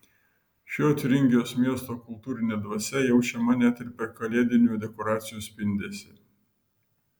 šio tiuringijos miesto kultūrinė dvasia jaučiama net ir per kalėdinių dekoracijų spindesį